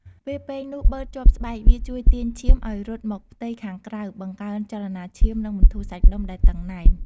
ពេលពែងនោះបឺតជាប់ស្បែក វាជួយទាញឈាមឲ្យរត់មកផ្ទៃខាងក្រៅ បង្កើនចលនាឈាម និងបន្ធូរសាច់ដុំដែលតឹងណែន។